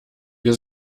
wir